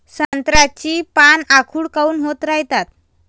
संत्र्याची पान आखूड काऊन होत रायतात?